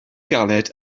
galed